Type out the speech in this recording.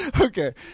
Okay